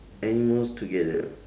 animals together